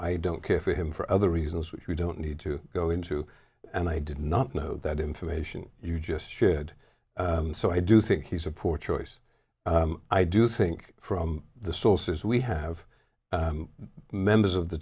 i don't care for him for other reasons which we don't need to go into and i did not know that information you just shared so i do think he's a poor choice i do think from the sources we have members of the